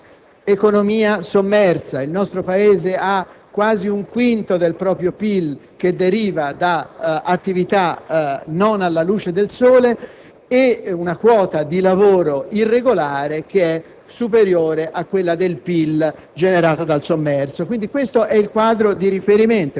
e credo che una stima effettuata oggi ci porterebbe a risultati non molto diversi circa le dimensioni dell'irregolarità. Come sapete, questo è un fenomeno molto diffuso e le cause della diffusione dell'irregolarità